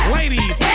ladies